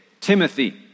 Timothy